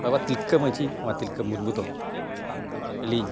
ᱵᱟᱵᱟ ᱛᱤᱞᱠᱟᱹ ᱢᱟᱹᱡᱷᱤ ᱵᱟᱵᱟ ᱛᱤᱞᱠᱟᱹ ᱢᱩᱨᱢᱩ ᱫᱚ ᱟᱹᱞᱤᱧ